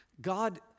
God